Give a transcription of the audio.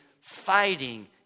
fighting